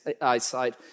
eyesight